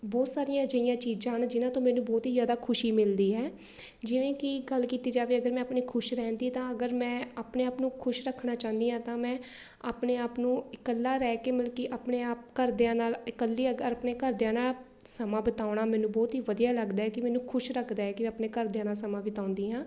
ਬਹੁਤ ਸਾਰੀਆਂ ਅਜਿਹੀਆਂ ਚੀਜ਼ਾਂ ਹਨ ਜਿਹਨਾਂ ਤੋਂ ਮੈਨੂੰ ਬਹੁਤ ਹੀ ਜ਼ਿਆਦਾ ਖੁਸ਼ੀ ਮਿਲਦੀ ਹੈ ਜਿਵੇਂ ਕਿ ਗੱਲ ਕੀਤੀ ਜਾਵੇ ਅਗਰ ਮੈਂ ਆਪਣੀ ਖੁਸ਼ ਰਹਿਣ ਦੀ ਤਾਂ ਅਗਰ ਮੈਂ ਆਪਣੇ ਆਪ ਨੂੰ ਖੁਸ਼ ਰੱਖਣਾ ਚਾਹੁੰਦੀ ਹਾਂ ਤਾਂ ਮੈਂ ਆਪਣੇ ਆਪ ਨੂੰ ਇਕੱਲਾ ਰਹਿ ਕੇ ਮਤਲਬ ਕਿ ਆਪਣੇ ਆਪ ਘਰਦਿਆਂ ਨਾਲ ਇਕੱਲੀ ਆਪਣੇ ਘਰਦਿਆਂ ਨਾਲ ਸਮਾਂ ਬਿਤਾਉਣਾ ਮੈਨੂੰ ਬਹੁਤ ਹੀ ਵਧੀਆ ਲੱਗਦਾ ਹੈ ਕਿ ਮੈਨੂੰ ਖੁਸ਼ ਲੱਗਦਾ ਕਿ ਮੈਂ ਆਪਣੇ ਘਰਦਿਆਂ ਨਾਲ ਸਮਾਂ ਬਿਤਾਉਂਦੀ ਹਾਂ